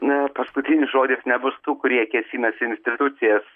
na paskutinis žodis nebus tų kurie kėsinasi į institucijas